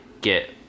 get